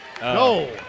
No